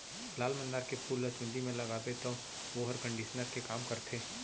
लाल मंदार के फूल ल चूंदी म लगाबे तौ वोहर कंडीसनर के काम करथे